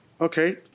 Okay